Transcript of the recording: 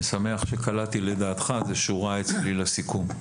אני שמח שקלעתי לדעתך, זה שורה אצלי לסיכום.